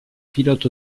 pilote